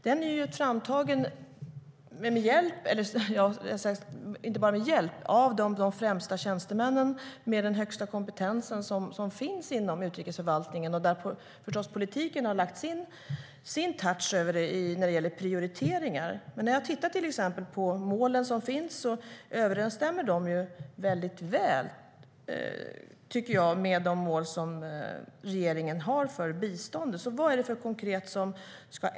Den är ju framtagen av de främsta tjänstemännen med den högsta kompetensen som finns inom utrikesförvaltningen. Politiken har förstås gett sin touch när det gäller prioriteringar, men när jag tittar på de mål som finns ser jag att de överensstämmer väldigt väl med regeringens mål för biståndet. Vad är det alltså som konkret ska ändras?